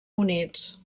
units